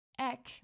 Eck